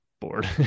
bored